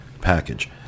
package